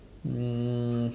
um